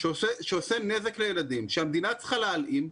שעושה נזק לילדים, שהמדינה צריכה להלאים.